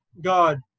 God